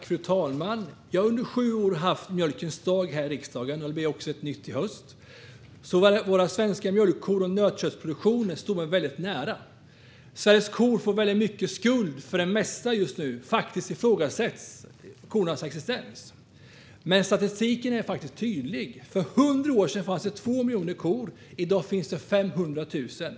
Fru talman! Jag har under sju år haft mjölkens dag här i riksdagen - det blir en sådan också i höst. Våra svenska mjölkkor och nötköttsproduktionen står mig väldigt nära. Sveriges kor får just nu väldigt mycket skuld för det mesta. Faktiskt ifrågasätts kornas existens. Men statistiken är tydlig. För 100 år sedan fanns det 2 miljoner kor. I dag finns det 500 000.